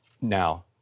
Now